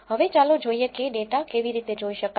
હવે ચાલો જોઈએ કે ડેટા કેવી રીતે જોઈ શકાય